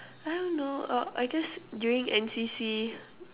I don't know uh I guess during N_C_C